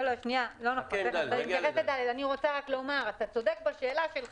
אתה צודק בשאלה שלך.